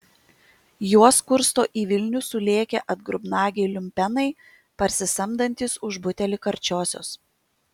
juos kursto į vilnių sulėkę atgrubnagiai liumpenai parsisamdantys už butelį karčiosios